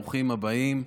ברוכים הבאים.